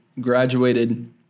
graduated